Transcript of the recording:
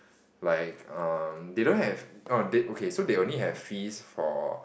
like um they don't have orh they okay they only have fees for